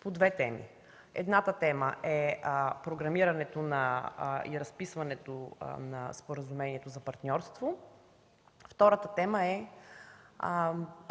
по две теми. Едната тема е програмирането и разписването на Споразумението за партньорство; втората тема е